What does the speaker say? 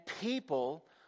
people